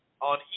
on